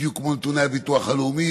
בדיוק כמו נתוני הביטוח הלאומי,